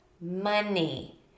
Money